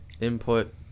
input